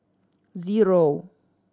zero